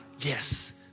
yes